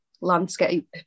landscape